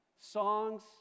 songs